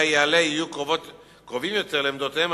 יעלה יהיו קרובים יותר לעמדותיהם